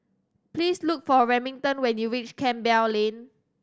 please look for Remington when you reach Campbell Lane